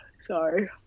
Sorry